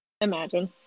imagine